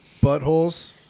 buttholes